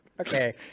Okay